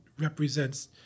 represents